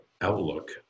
outlook